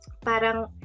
parang